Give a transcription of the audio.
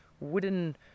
wooden